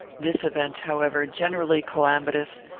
this event, however, generally calamitous,